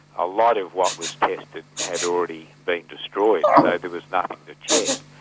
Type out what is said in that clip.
a lot of what was tested, had already been destroyed, so there was nothing to check.